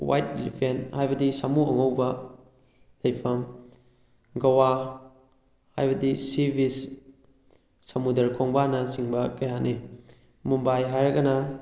white elephant ꯍꯥꯏꯕꯗꯤ ꯁꯃꯨ ꯑꯉꯧꯕ ꯂꯩꯐꯝ ꯒꯋꯥ ꯍꯥꯏꯕꯗꯤ ꯁꯤ ꯕꯤꯁ ꯁꯃꯨꯗ꯭ꯔ ꯈꯣꯡꯕꯥꯟꯅꯆꯤꯡꯕ ꯀꯌꯥꯅꯤ ꯃꯨꯝꯕꯥꯏ ꯍꯥꯏꯔꯒꯅ